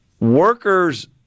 workers